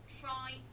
try